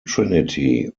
trinity